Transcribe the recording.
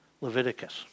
Leviticus